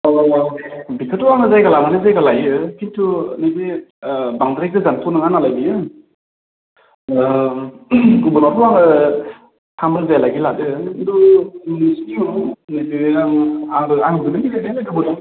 औ औ औ बिखौथ' आं जायगा लानानै जायगा लायो खिन्थु नैबे बांद्राय गोजानथ' नङा नालाय बियो गुबुनावथ' आङो थाम रोजायालाय लादों खिन्थु नोंसिनियाव आंजोंनो गेलेनाय